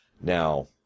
Now